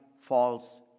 false